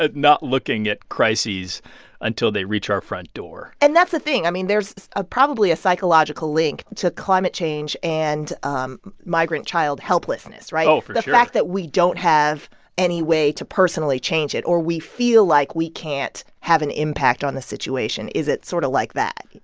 not looking at crises until they reach our front door and that's the thing. i mean, there's ah probably a psychological link to climate change and um migrant child helplessness, right? oh, for sure the fact that we don't have any way to personally change it or we feel like we can't have an impact on the situation is it sort of like that?